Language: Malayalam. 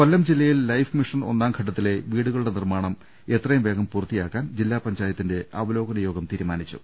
കൊല്ലം ജില്ലയിൽ ലൈഫ് മിഷൻ ഒന്നാം ഘട്ടത്തിലെ വീടുകളുടെ നിർമ്മാണം എത്രയും വേഗം പൂർത്തിയാക്കാൻ ജില്ലാ പഞ്ചായത്തിന്റെ അവലോകന യോഗം തീരുമാനിച്ചു